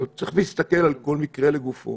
אבל צריך להסתכל על כל מקרה לגופו,